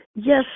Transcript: Yes